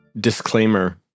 Disclaimer